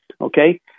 okay